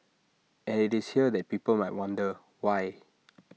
and IT is here that people might wonder why